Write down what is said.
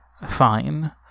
Fine